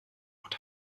unter